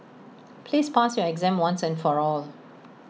please pass your exam once and for all